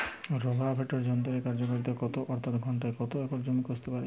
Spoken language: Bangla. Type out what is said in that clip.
রোটাভেটর যন্ত্রের কার্যকারিতা কত অর্থাৎ ঘণ্টায় কত একর জমি কষতে পারে?